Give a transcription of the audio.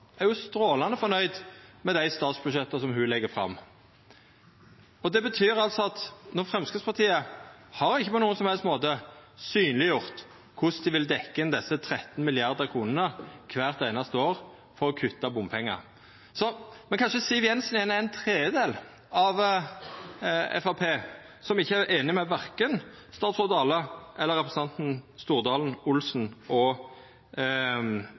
eg trefte spikaren på hovudet i debatten, for han sa at det var berre å endra handlingsregelen opp til 4 pst., så hadde me pengane. Der er Framstegspartiet sitt problem. Dei har finansministeren, og finansministeren er strålande fornøgd med dei statsbudsjetta ho legg fram. Det betyr altså at Framstegspartiet ikkje på nokon som helst måte har synleggjort korleis dei vil dekkja inn 13 mrd. kr kvart einaste år for å kutta bompengar. Men kanskje Siv Jensen er